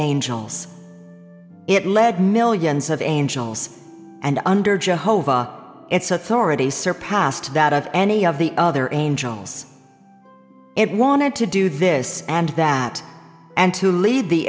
angels it led millions of angels and under jehovah its authority surpassed that of any of the other angels it wanted to do this and that and to lead the